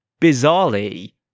Bizarrely